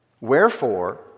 Wherefore